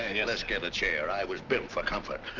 and yeah let's get a chair. i was built for comfort.